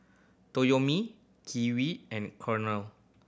Toyomi Kiwi and Cornell